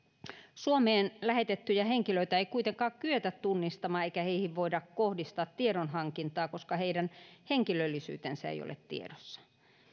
suomeen lähetettyjä henkilöitä ei kuitenkaan kyetä tunnistamaan eikä heihin voida kohdistaa tiedonhankintaa koska heidän henkilöllisyytensä ei ole tiedossa